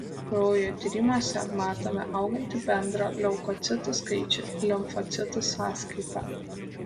kraujo tyrimuose matome augantį bendrą leukocitų skaičių limfocitų sąskaita